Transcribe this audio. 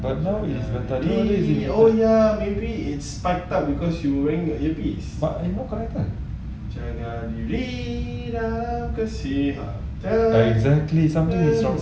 oh ya maybe it's spike up because you wearing earpiece jaga diri dalam kesihatan